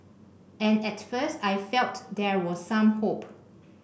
and at first I felt there was some hope